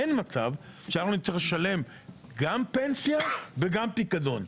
אין מצב שאנחנו נצטרך לשלם גם פנסיה וגם פיקדון.